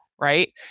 right